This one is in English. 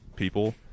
people